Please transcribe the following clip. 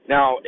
Now